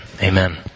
Amen